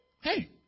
Hey